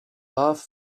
love